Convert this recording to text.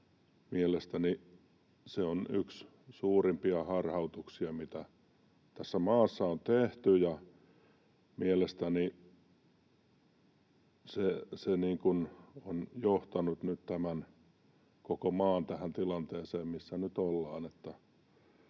Mielestäni se on yksi suurimpia harhautuksia, mitä tässä maassa on tehty, ja mielestäni se on johtanut nyt tämän koko maan tähän tilanteeseen, missä nyt ollaan.